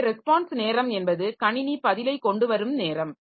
எனவே ரெஸ்பான்ஸ் நேரம் என்பது கணினி பதிலைக் கொண்டு வரும் நேரம்